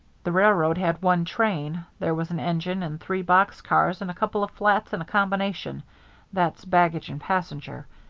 the railroad had one train there was an engine and three box cars and a couple of flats and a combination that's baggage and passenger.